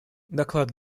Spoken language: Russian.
доклад